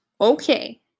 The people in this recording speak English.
okay